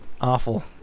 Awful